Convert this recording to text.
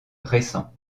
récents